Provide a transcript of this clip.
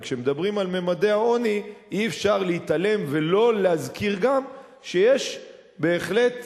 וכשמדברים על ממדי העוני אי-אפשר להתעלם ולא להזכיר גם שיש בהחלט,